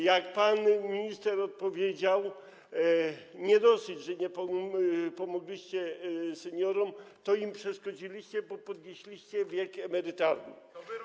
Jak pan minister odpowiedział, nie dosyć, że nie pomogliście seniorom, to jeszcze im przeszkodziliście, bo podnieśliście wiek emerytalny.